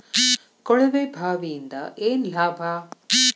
ಕೊಳವೆ ಬಾವಿಯಿಂದ ಏನ್ ಲಾಭಾ?